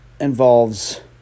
involves